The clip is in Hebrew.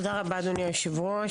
תודה רבה אדוני היושב-ראש.